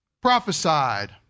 Prophesied